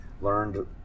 learned